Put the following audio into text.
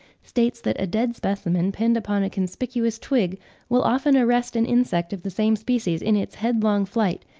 states that a dead specimen pinned upon a conspicuous twig will often arrest an insect of the same species in its headlong flight,